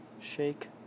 shake